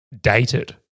dated